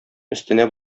өстенә